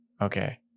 okay